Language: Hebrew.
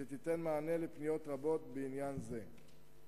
שתיתן מענה על הפניות רבות בעניין זה.